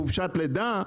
חופשת לידה?